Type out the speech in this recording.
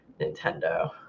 Nintendo